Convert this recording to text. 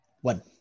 One